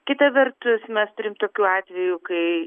kita vertus mes turim tokių atvejų kai